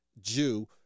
Jew